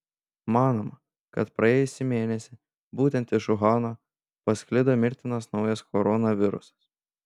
manoma kad praėjusį mėnesį būtent iš uhano pasklido mirtinas naujas koronavirusas